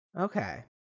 Okay